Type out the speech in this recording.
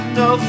no